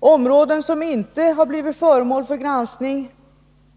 Områden som inte har blivit föremål för granskning